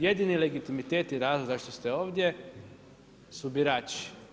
Jedini legitimitet i razlog zašto ste ovdje su birači.